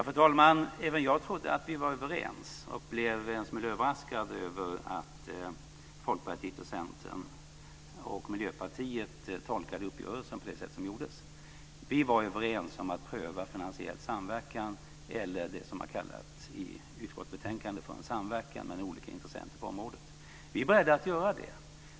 Fru talman! Även jag trodde att vi var överens och blev en smula överraskad över att Folkpartiet, Centern och Miljöpartiet tolkade uppgörelsen på det sätt som gjordes. Vi var överens om att pröva finansiell samverkan eller det som i utskottsbetänkandet har kallats för samverkan mellan olika intressenter på området. Vi är beredda att göra det.